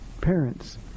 parents